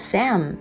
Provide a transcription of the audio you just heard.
Sam